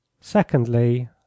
Secondly